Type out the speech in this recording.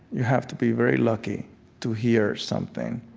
you have to be very lucky to hear something.